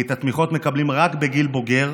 כי את התמיכות מקבלים רק בגיל בוגר,